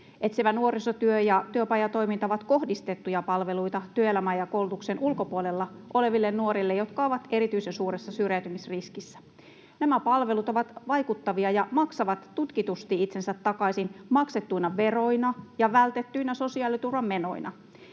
Etsivä nuorisotyö ja työpajatoiminta ovat kohdistettuja palveluita työelämän ja koulutuksen ulkopuolella oleville nuorille, jotka ovat erityisen suuressa syrjäytymisriskissä. Nämä palvelut ovat vaikuttavia ja maksavat tutkitusti itsensä takaisin maksettuina veroina ja vältettyinä sosiaaliturvamenoina.